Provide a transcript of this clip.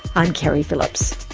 i'm keri phillips